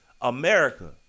america